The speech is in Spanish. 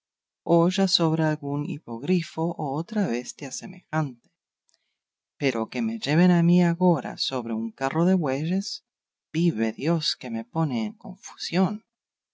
ya sobre algún hipogrifo o otra bestia semejante pero que me lleven a mí agora sobre un carro de bueyes vive dios que me pone en confusión